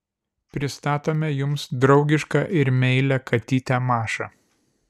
pristatome jums draugišką ir meilią katytę mašą